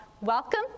welcome